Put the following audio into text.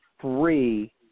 three